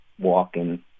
walking